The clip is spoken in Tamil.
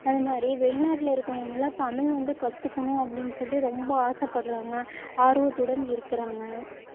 அதே மாதிரி வெளிநாட்டில இருக்கிறவங்கெல்லாம் தமிழ் வந்து கற்றுக்கணும் அப்படின்னு சொல்லி ரொம்ப ஆசைப்பட்றாங்க ஆர்வத்துடன் இருக்குறாங்கள்